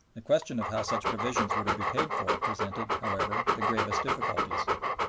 the question of how such provisions were to be paid for presented, however, the gravest difficulties.